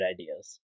ideas